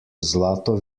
zlato